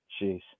Jeez